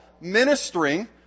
ministering